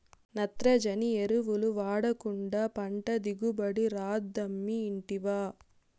నత్రజని ఎరువులు వాడకుండా పంట దిగుబడి రాదమ్మీ ఇంటివా